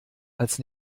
als